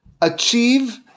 achieve